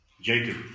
Jacob